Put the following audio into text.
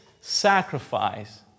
sacrifice